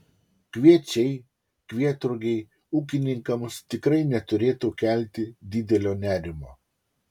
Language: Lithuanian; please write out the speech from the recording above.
kviečiai kvietrugiai ūkininkams tikrai neturėtų kelti didelio nerimo